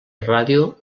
ràdio